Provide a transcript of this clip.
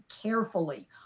carefully